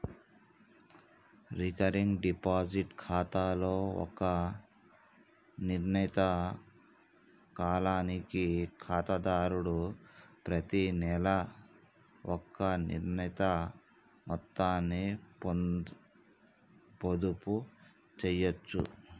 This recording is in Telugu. రికరింగ్ డిపాజిట్ ఖాతాలో ఒక నిర్ణీత కాలానికి ఖాతాదారుడు ప్రతినెలా ఒక నిర్ణీత మొత్తాన్ని పొదుపు చేయచ్చు